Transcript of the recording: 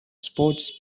sports